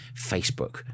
Facebook